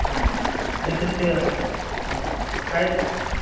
तर्हि तस्य प्रैस् किं किं